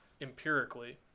empirically